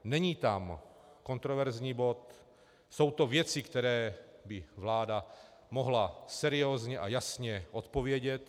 Není tam kontroverzní bod, jsou to věci, které by vláda mohla seriózně a jasně odpovědět.